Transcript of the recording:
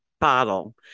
bottle